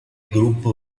gruppo